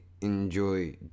enjoy